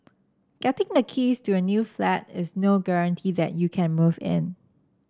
getting the keys to a new flat is no guarantee that you can move in